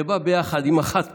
זה בא ביחד עם החד-פעמי,